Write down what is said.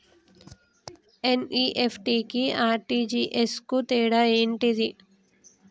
NEFT కి RTGS కు తేడా ఏంటిది?